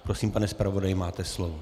Prosím, pane zpravodaji, máte slovo.